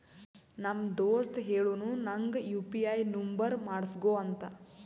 ನಮ್ ದೋಸ್ತ ಹೇಳುನು ನಂಗ್ ಯು ಪಿ ಐ ನುಂಬರ್ ಮಾಡುಸ್ಗೊ ಅಂತ